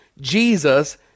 Jesus